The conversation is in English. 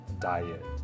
diet